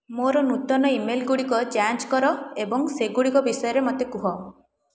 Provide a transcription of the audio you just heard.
ମୋର ନୂତନ ଇମେଲ୍ଗୁଡ଼ିକ ଯାଞ୍ଚ କର ଏବଂ ସେଗୁଡ଼ିକ ବିଷୟରେ ମୋତେ କୁହ